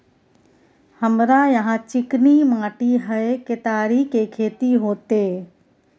हमरा यहाँ चिकनी माटी हय केतारी के खेती होते?